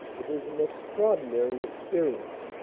it is an extraordin ary experience.